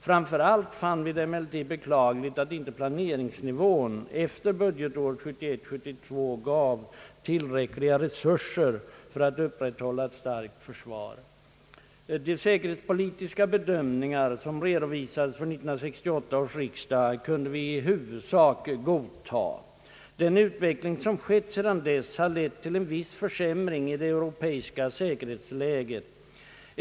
Framför allt fann vi det emellertid beklagligt att inte planeringsnivån efter budgetåret 1971/72 gav tillräckliga resurser för att upprätthålla ett starkt försvar. De säkerhetspolitiska bedömningar som redovisades för 1968 års riksdag kunde vi i huvudsak godta. Den utveckling som skett sedan dess har lett till en viss försämring i det europeiska säkerhetsläget.